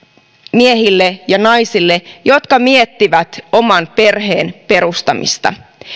miehille ja naisille jotka miettivät oman perheen perustamista